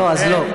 לא, אז לא.